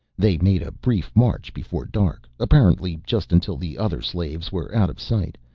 they made a brief march before dark, apparently just until the other slaves were out of sight,